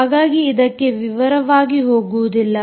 ಹಾಗಾಗಿ ಅದಕ್ಕೆ ವಿವರವಾಗಿ ಹೋಗುವುದಿಲ್ಲ